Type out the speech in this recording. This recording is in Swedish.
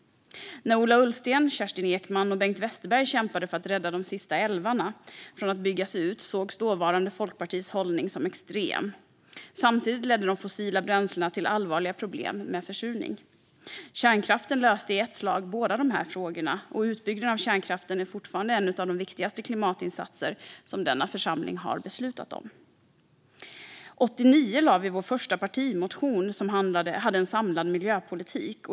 När Ola Ullsten, Kerstin Ekman och Bengt Westerberg kämpade för att rädda de sista älvarna från att byggas ut sågs dåvarande Folkpartiets hållning som extrem. Samtidigt ledde de fossila bränslena till allvarliga problem med försurning. Kärnkraften löste i ett slag båda de här frågorna. Utbyggnaden av kärnkraften är fortfarande en av de viktigaste klimatinsatser som denna församling har beslutat om. År 1989 väckte vi vår första partimotion med en samlad miljöpolitik.